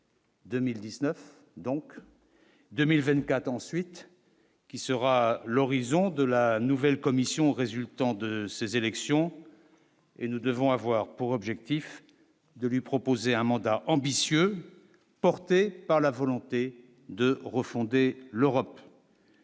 2019 donc 2024 ensuite, qui sera l'horizon de la nouvelle Commission résultant de ces élections et nous devons avoir pour objectif de lui proposer un mandat ambitieux porté par la volonté de refonder l'Europe.